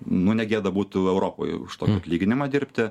nu ne gėda būtų europoj už tokį atlyginimą dirbti